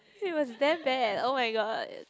he was damn bad oh-my-god